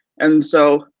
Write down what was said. and so,